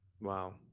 Wow